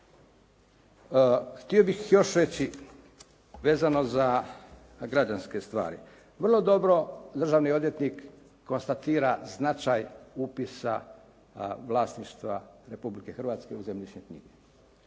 Htio bih još reći vezano za građanske stvari. Vrlo dobro državni odvjetnik konstatira značaj upisa vlasništva Republike Hrvatske u zemljišne knjige